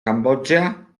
cambodja